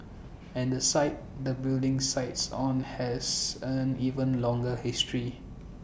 and the site the building sits on has an even longer history